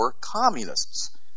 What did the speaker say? communists